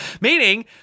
meaning